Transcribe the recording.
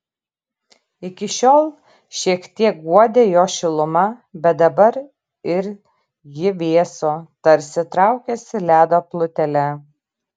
iki šiol šiek tiek guodė jo šiluma bet dabar ir ji vėso tarsi traukėsi ledo plutele